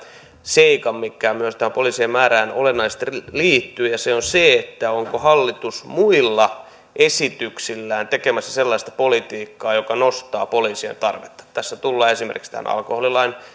seikan mikä myös tähän poliisien määrään olennaisesti liittyy ja se on se onko hallitus muilla esityksillään tekemässä sellaista politiikkaa joka nostaa poliisien tarvetta tässähän tullaan esimerkiksi tähän alkoholilain